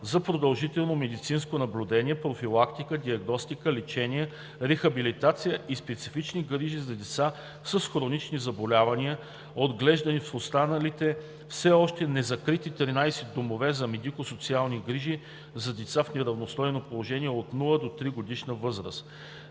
за продължително медицинско наблюдение, профилактика, диагностика, лечение, рехабилитация и специфични грижи за деца с хронични заболявания, отглеждани в останалите все още незакрити 13 домове за медико-социални грижи за деца в неравностойно положение от нула до тригодишна възраст.